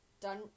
done